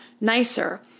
nicer